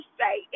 say